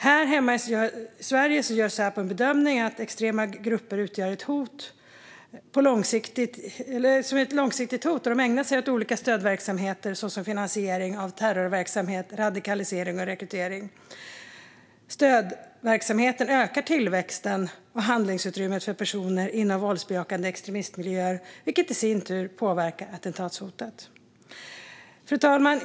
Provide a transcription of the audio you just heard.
Här hemma i Sverige gör Säpo bedömningen att extrema grupper utgör ett långsiktigt hot, då de ägnar sig åt olika stödverksamheter såsom finansiering av terrorverksamhet, radikalisering och rekrytering. Stödverksamheten ökar tillväxten och handlingsutrymmet för personer inom våldsbejakande extremistmiljöer, vilket i sin tur påverkar attentatshotet. Fru talman!